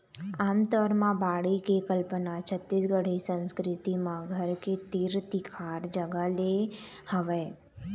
आमतौर म बाड़ी के कल्पना छत्तीसगढ़ी संस्कृति म घर के तीर तिखार जगा ले हवय